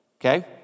okay